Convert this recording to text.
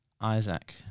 Isaac